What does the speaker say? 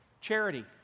Charity